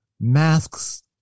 masks